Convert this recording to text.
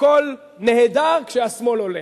הכול נהדר כשהשמאל עולה,